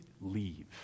Leave